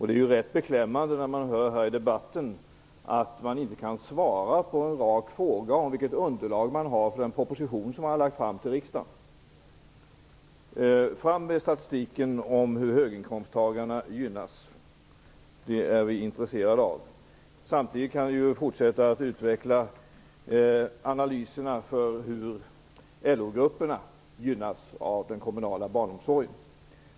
Det är rätt beklämmande att höra här i debatten att man inte kan svara på en rak fråga om vilket underlag som man har för en proposition som man har lagt fram i riksdagen. Fram med statistiken om hur höginkomsttagarna gynnas! Vi är intresserade av den. Samtidigt kan ni fortsätta att utveckla analyserna av hur LO-grupperna gynnas av den kommunala barnomsorgen.